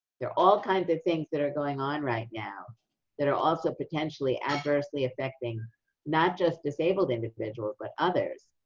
there are all kinds of things that are going on right now that are also potentially adversely affecting not just disabled individuals, but others.